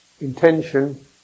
intention